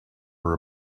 her